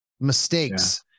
mistakes